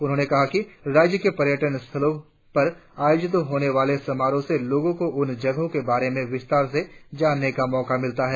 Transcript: उन्होंने कहा कि राज्य के पर्यटन स्थलों पर आयोजित होने वाले समारोह से लोगों को उन जगहों के बारे में विस्तार से जानने का मौका मिलता है